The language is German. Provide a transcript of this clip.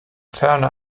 ferner